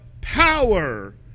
power